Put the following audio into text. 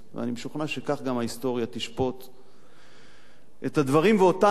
ואני משוכנע שכך גם ההיסטוריה תשפוט את הדברים ואותנו,